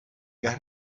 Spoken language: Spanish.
gas